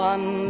One